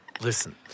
Listen